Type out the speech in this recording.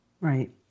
right